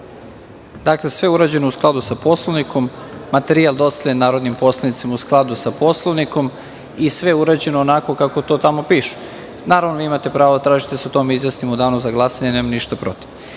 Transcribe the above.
Dakle, sve je urađeno u skladu sa Poslovnikom, materijal je dostavljen narodnim poslanicima u skladu sa Poslovnikom i sve je urađeno onako kako to tamo piše. Naravno, vi imate pravo da tražite da se o tome izjasnimo u Danu za glasanje, nemam ništa protiv. Da